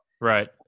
Right